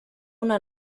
una